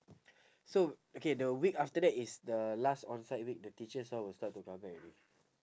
so okay the week after that is the last on-site week the teachers all will start to come back already